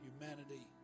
Humanity